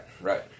right